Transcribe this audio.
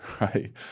right